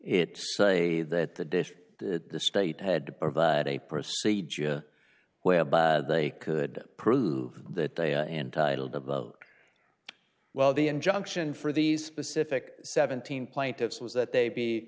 it say that the dish the state had to provide a procedure whereby they could prove that they are entitled to vote well the injunction for these specific seventeen plaintiffs was that they be